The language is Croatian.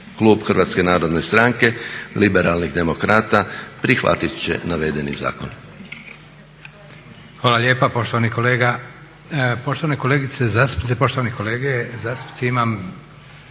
Klub Hrvatske narodne stranke, Liberalnih demokrata prihvatiti će navedeni zakon.